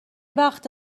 وقت